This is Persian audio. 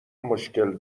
مشکل